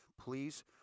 please